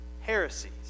heresies